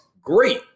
great